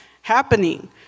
happening